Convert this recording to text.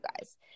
guys